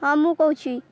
ହଁ ମୁଁ କହୁଛି